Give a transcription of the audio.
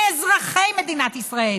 מאזרחי מדינת ישראל.